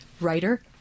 Writer